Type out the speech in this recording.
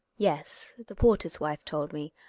yes, the porter's wife told me.